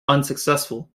unsuccessful